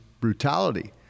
brutality